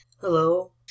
Hello